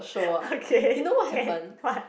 okay can what